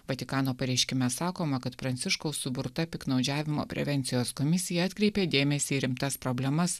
vatikano pareiškime sakoma kad pranciškaus suburta piktnaudžiavimo prevencijos komisija atkreipė dėmesį į rimtas problemas